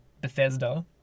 Bethesda